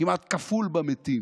כמעט כפול במתים,